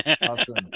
Awesome